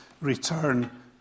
return